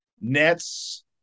Nets